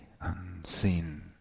unseen